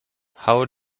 how